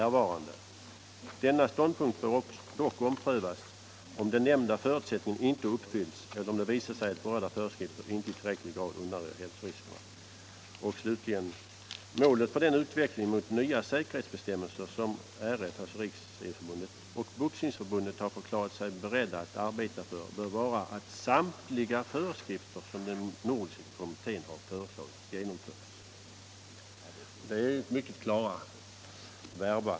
Denna ståndpunkt bör dock omprövas, om den nämnda förutsättningen inte uppfylls eller om det visar sig att berörda föreskrifter inte i tillräcklig grad undanröjer hälsoriskerna.” Slutligen säger justitieminister Kling: ”Målet för den utveckling mot nya säkerhetsbestämmelser som RF och Boxningsförbundet har förklarat sig beredda att arbeta för bör vara att samtliga föreskrifter som den nordiska kommittén har föreslagit genomförs.” + Detta är ju mycket klara verba.